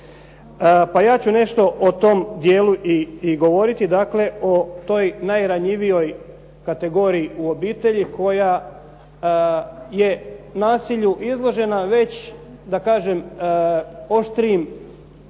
Pa ja ću nešto o tome dijelu i govoriti, o toj najranjivijoj kategoriji u obitelji koja je nasilju izložena već oštrim